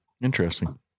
interesting